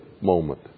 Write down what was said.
moment